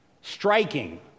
striking